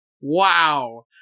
wow